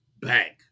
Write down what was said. bank